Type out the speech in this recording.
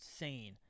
insane